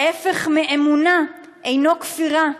ההפך מאמונה אינו כפירה,